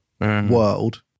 world